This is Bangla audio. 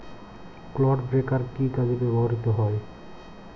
ক্লড ব্রেকার কি কাজে ব্যবহৃত হয়?